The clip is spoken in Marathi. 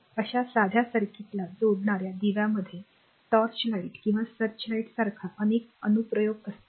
अशा साध्या सर्किटला जोडणार्या दिवामध्ये टॉर्च लाइट किंवा सर्च लाईट सारख्या अनेक अनुप्रयोग असतात